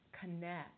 connect